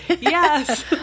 Yes